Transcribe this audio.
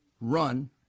run